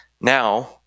now